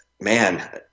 man